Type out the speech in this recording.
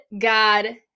God